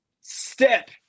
step